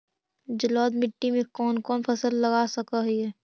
जलोढ़ मिट्टी में कौन कौन फसल लगा सक हिय?